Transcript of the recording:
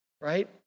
right